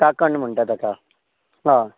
काकण म्हणटा तेका आं